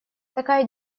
такая